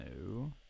no